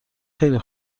خیلی